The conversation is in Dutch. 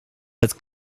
het